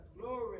glory